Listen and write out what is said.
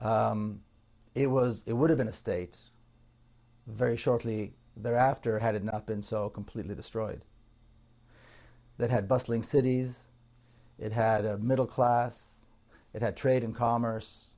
it was it would have been a states very shortly thereafter had not been so completely destroyed that had bustling cities it had a middle class it had trade and commerce